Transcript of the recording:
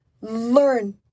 learn